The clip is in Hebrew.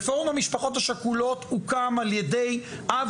ופורום המשפחות השכולות הוקם על ידי אב